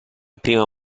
prima